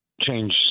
change